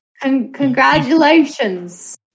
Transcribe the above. Congratulations